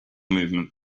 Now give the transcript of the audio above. movement